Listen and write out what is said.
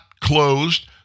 closed